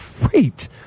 great